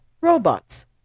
robots